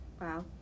Wow